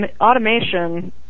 Automation